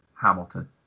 Hamilton